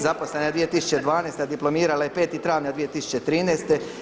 Zaposlena je 2012. a diplomirala je 5. travnja 2013.